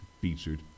featured